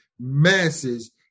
masses